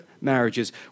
marriages